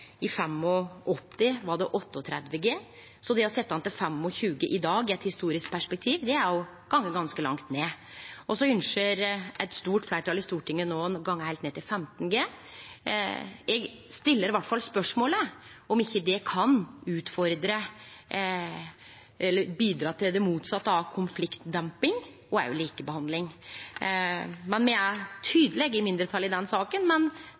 I 1985 var pliktdelsarven 38 G, så i eit historisk perspektiv er det å setje han til 25 G i dag å gå ganske langt ned. Eit stort fleirtal i Stortinget ynskjer no å gå heilt ned til 15 G. Eg stiller iallfall spørsmålet om ikkje det kan utfordre eller bidra til det motsette av konfliktdemping og likebehandling. Me er tydeleg i mindretal i den saka, men